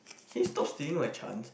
can you stop stealing my chance